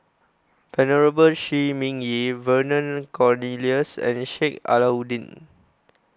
Venerable Shi Ming Yi Vernon Cornelius and Sheik Alau'ddin